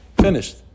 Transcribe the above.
Finished